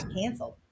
canceled